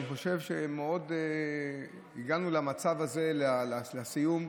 אני חושב שהגענו למצב הזה, לסיום,